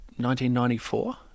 1994